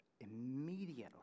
Immediately